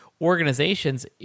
organizations